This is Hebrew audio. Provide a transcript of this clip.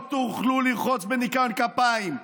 לא תוכלו לרחוץ בניקיון כפיים.